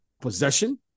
possession